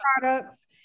products